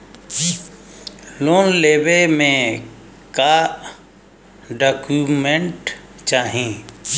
Loan लेवे मे का डॉक्यूमेंट चाही?